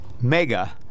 Mega